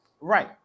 Right